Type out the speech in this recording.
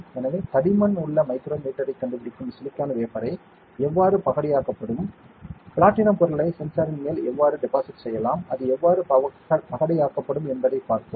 எனவே தடிமன் உள்ள மைக்ரோமீட்டரைக் கண்டுபிடிக்கும் சிலிக்கான் வேஃபரை எவ்வாறு பகடையாக்கப்படும் பிளாட்டினம் பொருளை சென்சாரின் மேல் எவ்வாறு டெபாசிட் செய்யலாம் அது எவ்வாறு பகடையாக்கப்படும் என்பதைப் பார்த்தோம்